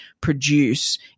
produce